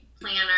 planner